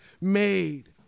made